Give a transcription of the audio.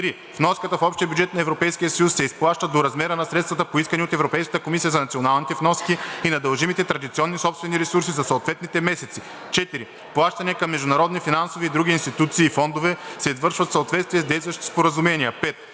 3. вноската в общия бюджет на Европейския съюз се изплаща до размера на средствата, поискани от Европейската комисия за националните вноски, и на дължимите традиционни собствени ресурси за съответните месеци; 4. плащания към международни финансови и други институции и фондове се извършват в съответствие с действащите споразумения; 5.